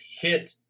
hit